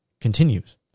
continues